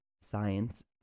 science